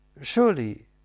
Surely